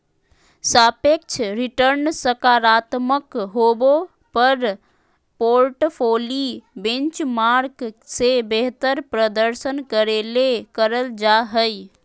सापेक्ष रिटर्नसकारात्मक होबो पर पोर्टफोली बेंचमार्क से बेहतर प्रदर्शन करे ले करल जा हइ